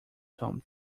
tom